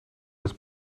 was